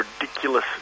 ridiculous